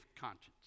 conscience